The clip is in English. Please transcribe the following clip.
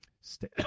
stay